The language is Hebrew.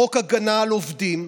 חוק הגנה על עובדים,